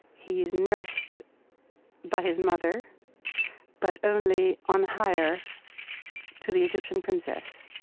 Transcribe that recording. he is nursed by his mother but only on hire to the egyptian princess.